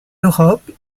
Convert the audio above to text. europe